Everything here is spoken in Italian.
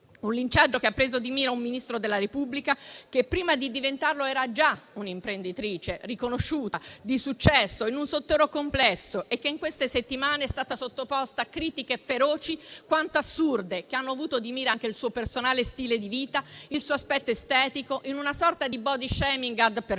un linciaggio che ha preso di mira un Ministro della Repubblica, che prima di diventare Ministro era già un'imprenditrice riconosciuta di successo in un settore complesso e che in queste settimane è stata sottoposta a critiche feroci quanto assurde, che hanno avuto di mira anche il suo personale stile di vita, il suo aspetto estetico, in una sorta di *body shaming* *ad personam*